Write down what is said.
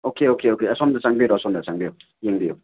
okay okay okay ꯑꯁꯣꯝꯗ ꯆꯪꯕꯤꯔꯣ ꯑꯁꯣꯝꯗ ꯆꯪꯕꯤꯌꯣ ꯌꯦꯡꯕꯤꯌꯨ